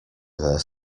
their